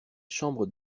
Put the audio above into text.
chambres